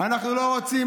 אנחנו לא רוצים.